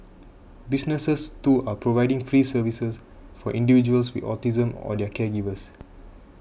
businesses too are providing free services for individuals with autism or their caregivers